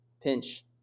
pinch